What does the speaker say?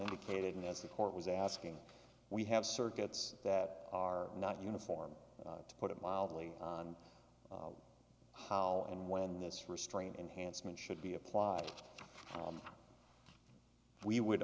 indicated and as the court was asking we have circuits that are not uniform to put it mildly on how and when this restraint enhancement should be applied and we would